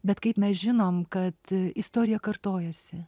bet kaip mes žinom kad istorija kartojasi